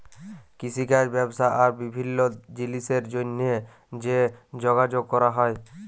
কিষিকাজ ব্যবসা আর বিভিল্ল্য জিলিসের জ্যনহে যে যগাযগ ক্যরা হ্যয়